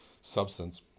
substance